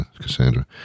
Cassandra